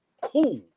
Cool